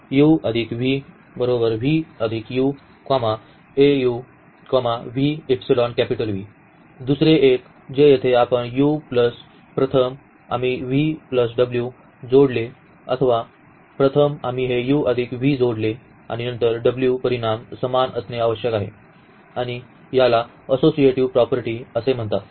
दुसरे एक जे येथे आपण u प्लस प्रथम आम्ही जोडले वा प्रथम आम्ही हे जोडले आणि नंतर w परिणाम समान असणे आवश्यक आहे आणि याला असोसिएटिव्हिटी प्रॉपर्टी असे म्हणतात